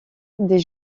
des